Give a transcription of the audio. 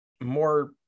more